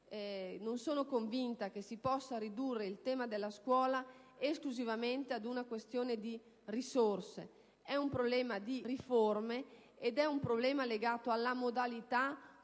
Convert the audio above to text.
peraltro convinta che si possa ridurre il tema della scuola esclusivamente ad una questione di risorse: è un problema di riforme, ed è legato alla modalità con